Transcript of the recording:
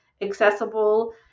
accessible